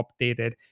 updated